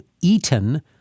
Eaton